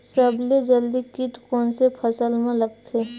सबले जल्दी कीट कोन से फसल मा लगथे?